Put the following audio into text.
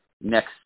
next